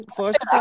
first